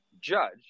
judge